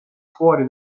fuori